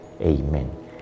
Amen